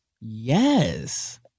Yes